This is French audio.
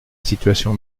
situation